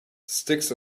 sticks